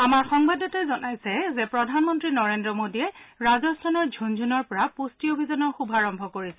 আমাৰ সংবাদদাতাই জনাইছে যে প্ৰধানমন্ত্ৰী নৰেন্দ্ৰ মোডীয়ে ৰাজস্থানৰ ঝুণঝুণুৰ পৰা পুষ্টি অভিযানৰ শুভাৰম্ভ কৰিছিল